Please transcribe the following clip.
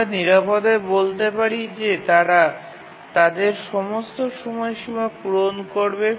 আমরা নিরাপদে বলতে পারি যে তারা তাদের সমস্ত সময়সীমা পূরণ করবে